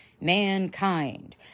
Mankind